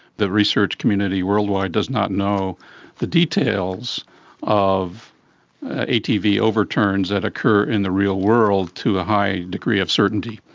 the research community worldwide does not know the details of atv overturns that occur in the real world to a high degree of certainty.